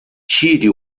tire